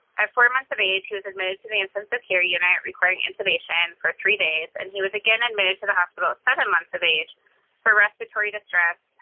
at four months of age, he was admitted to the intensive care unit requiring incubation for three days, and he was again admitted to the hospital at seven months of age for respiratory distress,